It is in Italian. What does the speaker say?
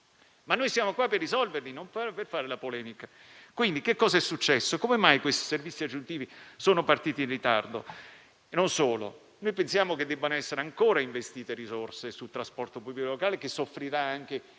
ma noi siamo qui per risolverli e non per fare polemica. Cosa è successo? Come mai questi servizi aggiuntivi sono partiti in ritardo? Inoltre pensiamo che debbano essere ancora investite risorse sul trasporto pubblico locale, che soffrirà anche